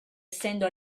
essendo